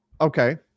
Okay